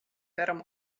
wêrom